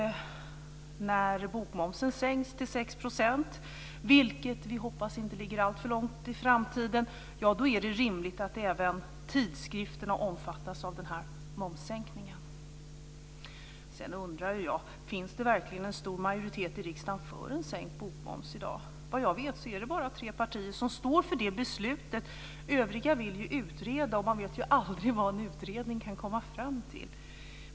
När bokmomsen sänks till 6 %, vilket vi hoppas inte ligger alltför långt fram i tiden, är det rimligt att även tidskrifterna omfattas av denna momssänkning. Sedan undrar jag om det verkligen finns en stor majoritet i riksdagen för en sänkt bokmoms i dag. Vad jag vet är det bara tre partier som står för det beslutet. Övriga vill utreda, och man vet aldrig vad en utredning kan komma fram till.